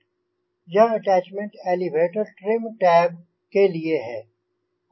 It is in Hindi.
यह अटैच्मेंट एलेवेटर ट्रिम टैब के लिए है